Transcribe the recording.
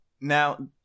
now